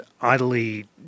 idly